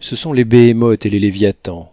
ce sont les béhémoths et les léviathans